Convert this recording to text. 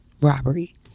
robbery